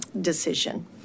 decision